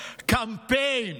קמפיין.